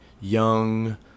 young